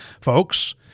folks